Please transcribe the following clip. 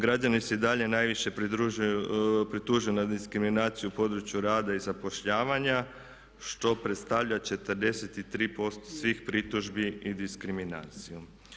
Građani se i dalje najviše pritužuju na diskriminaciju u području rada i zapošljavanja što predstavlja 43% svih pritužbi i diskriminaciju.